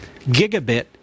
gigabit